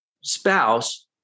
spouse